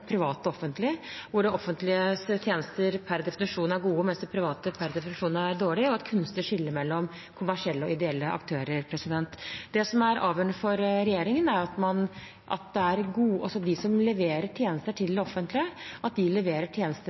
private og offentlige, hvor det offentliges tjenester per definisjon er gode, mens de privates per definisjon er dårlige, og et kunstig skille mellom kommersielle og ideelle aktører. Det som er avgjørende for regjeringen, er at de som leverer tjenester til det offentlige, leverer tjenester av god kvalitet, at pasientene og brukerne får ivaretatt sine behov, og at de